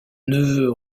neveu